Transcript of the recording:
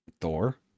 thor